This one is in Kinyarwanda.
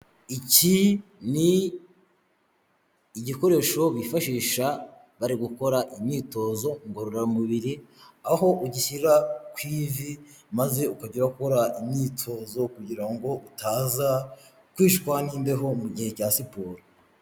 Iki ni igikoresho bifashisha bari gukora imyitozo ngororamubiri, aho ugishyira ku ivi, maze ukajya urakora imyitozo kugira ngo utaza kwicwa n'imbeho mu gihe cya siporo.